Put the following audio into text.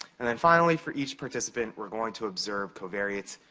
and then finally, for each participant, we're going to observe covariates,